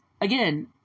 Again